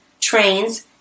trains